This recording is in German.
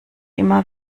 immer